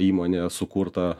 įmonė sukurta